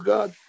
God